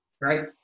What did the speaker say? right